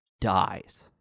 dies